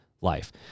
life